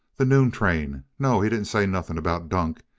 the noon train. no, he didn't say nothing about dunk.